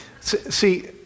See